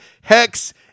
hex